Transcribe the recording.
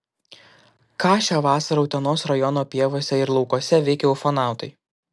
ką šią vasarą utenos rajono pievose ir laukuose veikė ufonautai